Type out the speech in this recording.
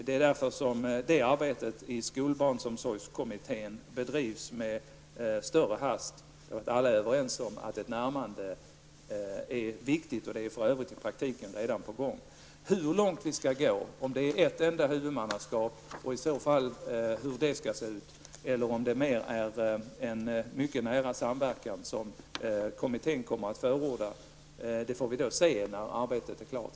Det är för att alla är överens om att ett närmande är viktigt som arbetet i skolbarnsomsorgskommittén bedrivs med större hast. Det är för övrigt i praktiken redan på gång. Hur långt vi skall gå, om det skall vara ett enda huvudmannaskap och hur det i så fall skall se ut eller om det mer är en mycket nära samverkan som kommittén kommer att förorda, får vi se när arbetet är klart.